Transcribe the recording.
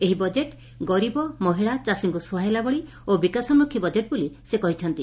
ଏହି ବଜେଟ ଗରୀବ ମହିଳା ଚାଷୀଙ୍କୁ ସୁହାଇଲା ଭଳି ଓ ବିକାଶୋନ୍କଖୀ ବଜେଟ ବୋଲି ସେ କହିଛନ୍ତି